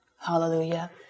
Hallelujah